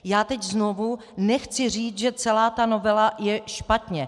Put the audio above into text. Já teď znovu nechci říct, že celá ta novela je špatně.